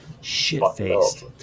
shit-faced